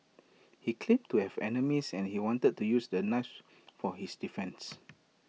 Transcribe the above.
he claimed to have enemies and he wanted to use the knives for his defence